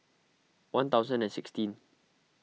one thousand and sixteen